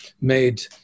made